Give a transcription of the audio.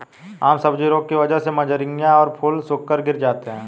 आम सब्जी रोग की वजह से मंजरियां और फूल सूखकर गिर जाते हैं